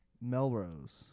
Melrose